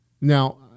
Now